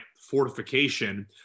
fortification